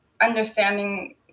understanding